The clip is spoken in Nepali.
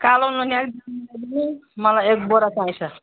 कालो नुनियाको मलाई एक बोरा चाहिन्छ